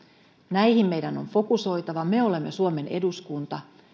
näihin meidän on fokusoitava me olemme suomen eduskunta